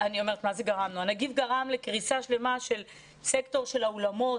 הנגיף גרם לקריסה שלמה של סקטור של האולמות.